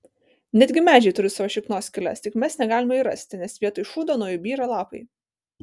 netgi medžiai turi savo šiknos skyles tik mes negalime jų rasti nes vietoj šūdo nuo jų byra lapai